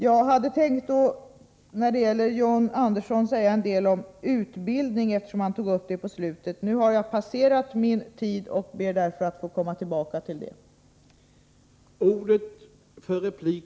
När det gäller John Anderssons anförande hade jag tänkt säga en del om utbildningen, eftersom han tog upp det ämnet. Nu har jag emellertid förbrukat min taletid och ber därför att få komma tillbaka i ett annat anförande.